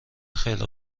خیلی